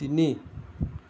তিনি